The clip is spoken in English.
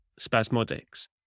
spasmodics